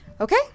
Okay